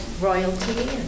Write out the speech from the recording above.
Royalty